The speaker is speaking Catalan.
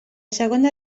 segona